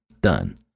done